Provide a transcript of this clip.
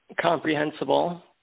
comprehensible